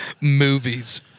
movies